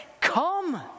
come